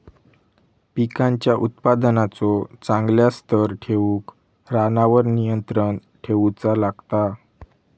पिकांच्या उत्पादनाचो चांगल्या स्तर ठेऊक रानावर नियंत्रण ठेऊचा लागता